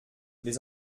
les